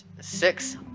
six